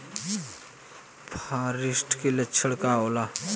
फारेस्ट के लक्षण का होला?